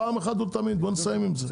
פעם אחת ולתמיד בואו נסיים את זה.